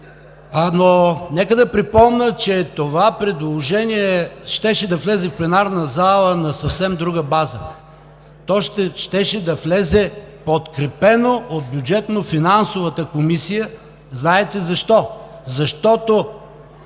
Но нека да припомня, че това предложение щеше да влезе в пленарната зала на съвсем друга база. То щеше да влезе подкрепено от Бюджетно-финансовата комисия. Знаете защо – защото